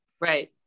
Right